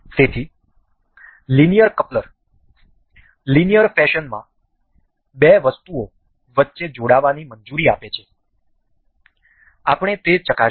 તેથી linear coupler linear ફેશનમાં બે વસ્તુઓ વચ્ચે જોડાવાની મંજૂરી આપે છે આપણે તે ચકાસીશું